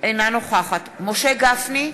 אינה נוכחת משה גפני,